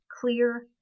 clear